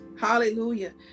hallelujah